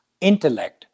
Intellect